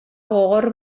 gogor